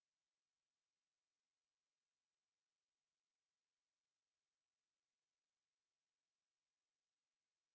and then like I said like I said like I I keep I mean like I didn't really like get up and like try to run